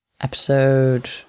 episode